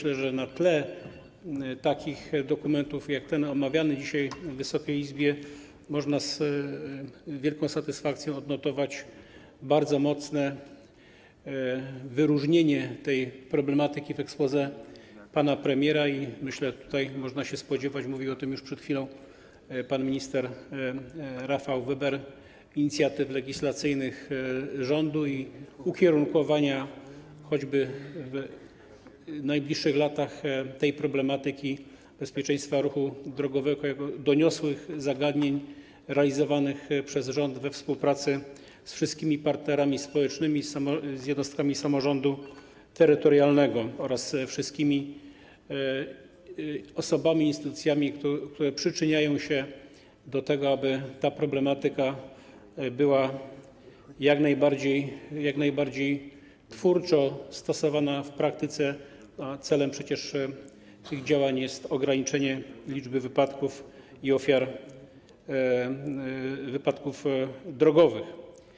Uważam, że na tle takich dokumentów jak ten omawiany dzisiaj w Wysokiej Izbie można z wielką satysfakcją odnotować bardzo mocne wyróżnienie tej problematyki w exposé pana premiera i myślę, że tutaj można się spodziewać - mówił o tym przed chwilą pan minister Rafał Weber - inicjatyw legislacyjnych rządu i ukierunkowania choćby w najbliższych latach tej problematyki bezpieczeństwa ruchu drogowego jako doniosłych zagadnień realizowanych przez rząd we współpracy z wszystkimi partnerami społecznymi, z jednostkami samorządu terytorialnego oraz wszystkimi osobami, instytucjami, które przyczyniają się do tego, aby ta problematyka była jak najbardziej twórczo stosowana w praktyce, a celem tych działań jest ograniczenie liczby wypadków i ofiar wypadków drogowych.